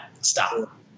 Stop